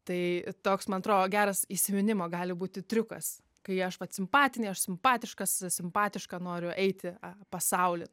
tai toks man atrodo geras įsiminimo gali būti triukas kai aš vat simpatinėj aš simpatiškas simpatiška noriu eiti į pasaulį